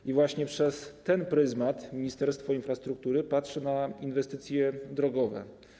I właśnie przez ten pryzmat Ministerstwo Infrastruktury patrzy na inwestycje drogowe.